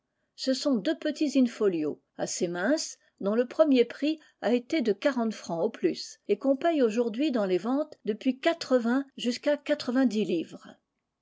ce sont deux petits in-folio assez minces dont le premier prix a été de quarante francs au plus et qu'on paye aujourd'hui dans les ventes depuis quatre-vingt jusqu'à quatre-vingt-dix livres